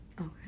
Okay